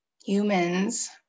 Humans